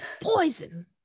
poison